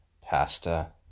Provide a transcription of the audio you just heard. Pasta